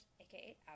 aka